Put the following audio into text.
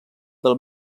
del